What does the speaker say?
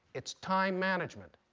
it's time management.